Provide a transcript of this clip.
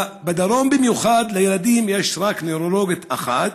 בדרום במיוחד: לילדים יש רק נוירולוגית אחת,